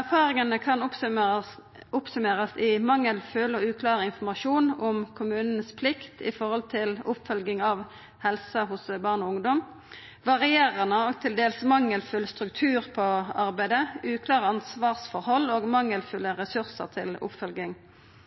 Erfaringane kan oppsummerast med mangelfull og uklar informasjon om kommunane si plikt når det gjeld oppfølging av helsa til barn og ungdom varierande og til dels mangelfull struktur på arbeidet uklare ansvarsforhold mangelfulle ressursar til oppfølging